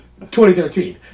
2013